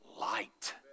light